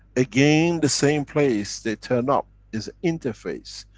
again, the same place they turn up is interface.